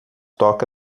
toca